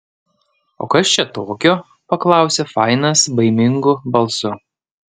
o kas čia tokio paklausė fainas baimingu balsu